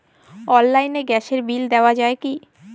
অনলাইনে গ্যাসের বিল দেওয়া যায় কি?